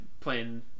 playing